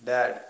Dad